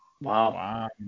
Wow